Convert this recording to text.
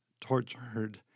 tortured